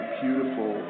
beautiful